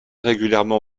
régulièrement